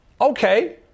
okay